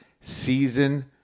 season